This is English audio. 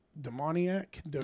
demoniac